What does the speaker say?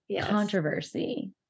controversy